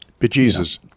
Bejesus